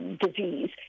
Disease